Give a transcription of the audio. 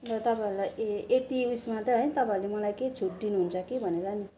र तपाईँहरूलाई ए यति उयसमा त है तपाईँहरूले मलाई के छुट दिनु हुन्छ कि भनेर नि